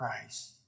Christ